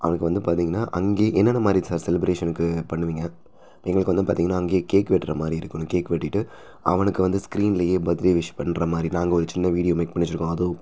அவனுக்கு வந்து பார்த்தீங்கனா அங்கே என்னென்ன மாதிரி சார் செலிப்ரேஷனுக்கு பண்ணுவீங்கள் எங்களுக்கு வந்து பார்த்தீங்கனா அங்கயே கேக் வெட்டுற மாதிரி இருக்கணும் கேக் வெட்டிவிட்டு அவனுக்கு வந்து ஸ்க்ரீன்லேயே பர்த்டே விஸ் பண்ணுற மாதிரி நாங்கள் ஒரு சின்ன வீடியோ மேக் பண்ணி வச்சுருக்கோம் அதுவும்